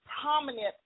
prominent